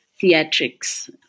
theatrics